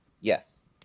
Yes